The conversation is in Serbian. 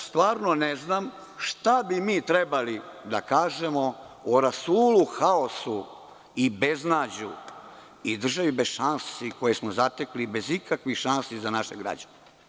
Stvarno ne znam šta bi mi trebalo da kažemo o rasulu, haosu, beznađu i državi bez šansi, koju smo zatekli bez ikakvih šansi za naše građane.